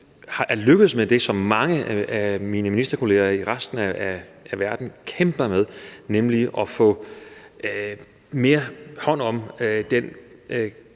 er lykkedes med det, som mange af mine ministerkolleger i resten af verden kæmper med, nemlig at få taget bedre hånd om den